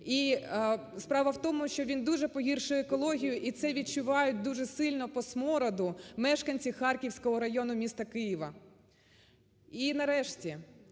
І справа в тому, що він дуже погіршує екологію і це відчувають дуже сильно по смороду мешканці Харківського району міста Києва. І нарешті